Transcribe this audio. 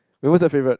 it was a favorite